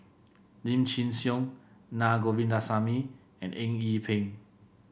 Lim Chin Siong Naa Govindasamy and Eng Yee Peng